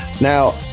Now